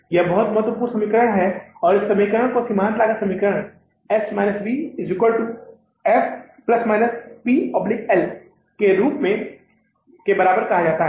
यह बहुत ही महत्वपूर्ण समीकरण है और इस समीकरण को सीमांत लागत समीकरण S V F ± PL के बराबर कहा जाता है